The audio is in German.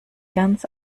ganz